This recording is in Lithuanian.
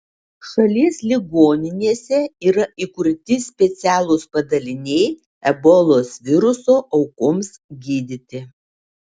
šalies ligoninėse yra įkurti specialūs padaliniai ebolos viruso aukoms gydyti